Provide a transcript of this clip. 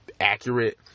accurate